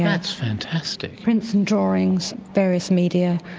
that's fantastic. prints and drawings, various media,